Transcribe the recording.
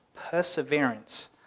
perseverance